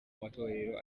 amatorero